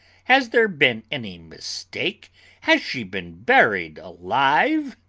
has there been any mistake has she been buried alive?